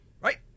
Right